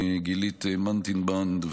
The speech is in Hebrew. גילית מנטינבנד,